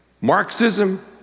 Marxism